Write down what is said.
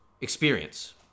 experience